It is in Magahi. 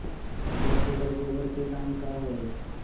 दो टेलर गोबर के दाम का होई?